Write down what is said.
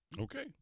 Okay